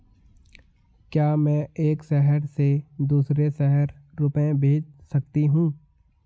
क्या मैं एक शहर से दूसरे शहर रुपये भेज सकती हूँ?